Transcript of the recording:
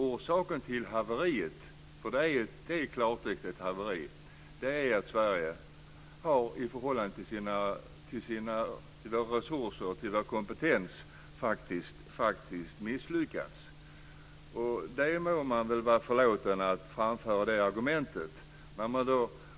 Orsaken till haveriet - för det är i klartext ett haveri - är att vi i Sverige i förhållande till våra resurser och vår kompetens har misslyckats. Att framföra det argumentet må vara förlåtet.